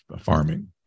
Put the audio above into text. farming